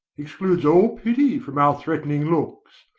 excludes all pity from our threat'ning looks.